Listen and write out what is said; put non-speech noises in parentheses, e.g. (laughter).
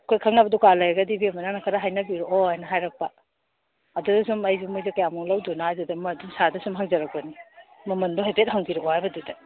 ꯑꯩꯈꯣꯏ ꯈꯪꯅꯕ ꯗꯨꯀꯥꯟ ꯂꯩꯔꯒꯗꯤ ꯏꯕꯦꯝꯃ ꯅꯪꯅ ꯈꯔ ꯍꯥꯏꯅꯕꯤꯔꯑꯣ ꯍꯥꯏꯅ ꯍꯥꯏꯔꯥꯛꯄ ꯑꯗꯨꯗ ꯁꯨꯝ ꯑꯩꯁꯨ ꯃꯣꯏꯁꯦ ꯀꯌꯥꯃꯨꯛ ꯂꯧꯗꯣꯏꯅꯣ ꯍꯥꯏꯗꯨꯗ ꯃꯣꯏ ꯑꯗꯨꯝ (unintelligible) ꯁꯨꯝ ꯍꯪꯖ꯭ꯔꯛꯄꯅꯤ ꯃꯃꯜꯗꯣ ꯍꯥꯏꯐꯦꯠ ꯍꯪꯕꯤꯔꯛꯑꯣ ꯍꯥꯏꯕꯗꯨꯗ